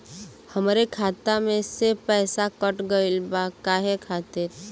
हमरे खाता में से पैसाकट गइल बा काहे खातिर?